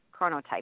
chronotype